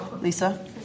Lisa